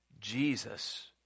Jesus